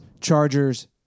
Chargers